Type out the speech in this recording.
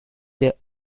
their